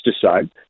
decide